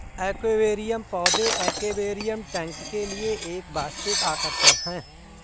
aquarium पौधे aquarium tank के लिए एक वास्तविक आकर्षण है